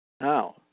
Now